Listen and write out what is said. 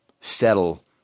settle